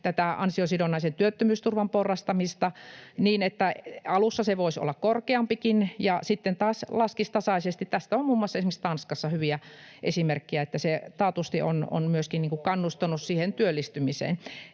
tätä ansiosidonnaisen työttömyysturvan porrastamista niin, [Jussi Halla-aho: Oikein!] että alussa se voisi olla korkeampikin ja sitten taas laskisi tasaisesti. Tästä on muun muassa esimerkiksi Tanskassa hyviä esimerkkejä, että se taatusti on myöskin [Jussi Halla-ahon